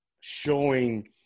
showing